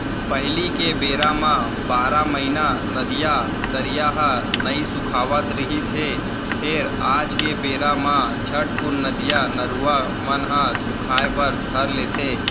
पहिली के बेरा म बारह महिना नदिया, तरिया ह नइ सुखावत रिहिस हे फेर आज के बेरा म झटकून नदिया, नरूवा मन ह सुखाय बर धर लेथे